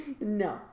No